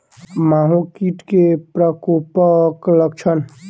माहो कीट केँ प्रकोपक लक्षण?